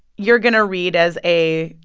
you're going to read as a,